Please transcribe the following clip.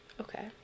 okay